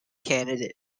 candidate